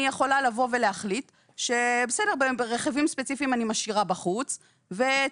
אני יכולה להחליט שרכיבים ספציפיים אני משאירה בחוץ ואת